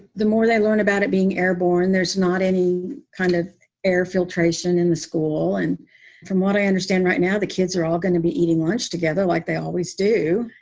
the more they learn about it being airborne, there's not any kind of air filtration in the school. and from what i understand right now, the kids are all going to be eating lunch together like they always do.